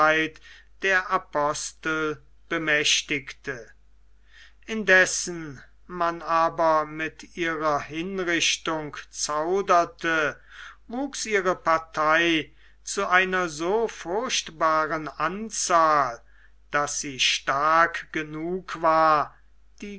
der apostel bemächtigte indessen man aber mit ihrer hinrichtung zauderte wuchs ihre partei zu einer so furchtbaren anzahl daß sie stark genug war die